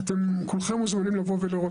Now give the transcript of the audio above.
אתם כולכם מוזמנים לבוא ולראות.